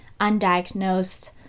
undiagnosed